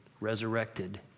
resurrected